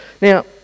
Now